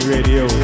Radio